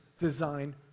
design